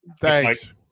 thanks